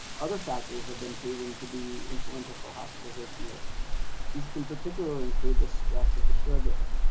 other factors have been proven to be influential for hospitalization rates these can particularly include the stress of the caregiver,